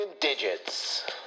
Digits